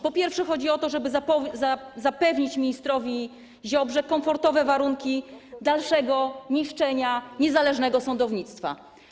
Po pierwsze, chodzi o to, żeby zapewnić ministrowi Ziobrze komfortowe warunki dalszego niszczenia niezależnego sądownictwa.